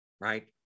right